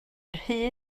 rhy